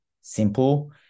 simple